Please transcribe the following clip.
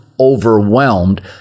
overwhelmed